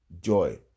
joy